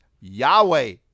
Yahweh